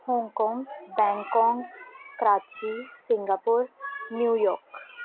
Hong Kong Bangkok Karachi Singapore New York